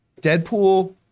Deadpool